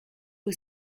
aux